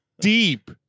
deep